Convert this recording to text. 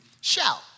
shout